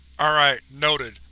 alright, noted.